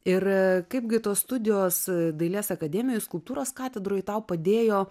ir kaipgi tos studijos dailės akademijoj skulptūros katedroj tau padėjo